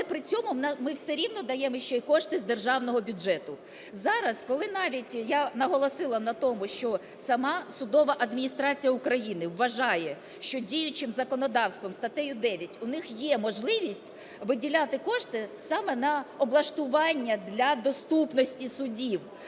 Але при цьому ми все рівно даємо ще кошти з державного бюджету. Зараз, коли навіть, я наголосила на тому, що сама Судова адміністрація України вважає, що діючим законодавством статтею 9 у них є можливість виділяти кошти саме на облаштування для доступності судів.